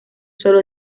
solo